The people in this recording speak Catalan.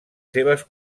seves